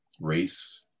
race